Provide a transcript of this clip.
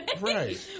Right